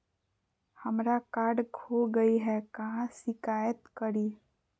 हमरा कार्ड खो गई है, कहाँ शिकायत करी?